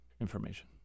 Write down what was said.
information